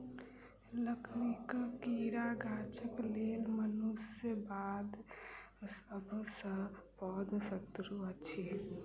लकड़ीक कीड़ा गाछक लेल मनुष्य बाद सभ सॅ पैघ शत्रु अछि